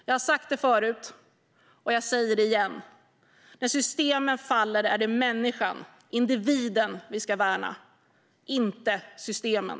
Jag har sagt det förut, och jag säger det igen: När systemen faller är det människan vi ska värna, individen - inte systemen.